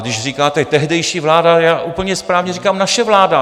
Když říkáte tehdejší vláda, já úplně správně říkám naše vláda.